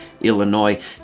Illinois